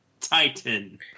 Titan